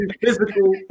physical